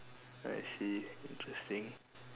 I see interesting